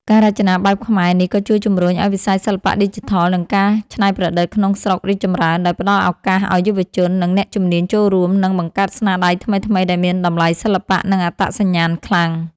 ការរចនាបែបខ្មែរនេះក៏ជួយជំរុញឲ្យវិស័យសិល្បៈឌីជីថល និងការច្នៃប្រឌិតក្នុងស្រុករីកចម្រើន ដោយផ្ដល់ឱកាសឲ្យយុវជន និងអ្នកជំនាញចូលរួម និងបង្កើតស្នាដៃថ្មីៗដែលមានតម្លៃសិល្បៈ និងអត្តសញ្ញាណខ្លាំង។